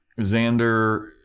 Xander